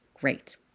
great